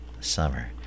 summer